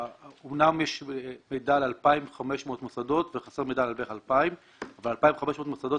אומנם יש מידע על 2,500 מוסדות וחסר מידע על בערך 2,000. 2,500 מוסדות,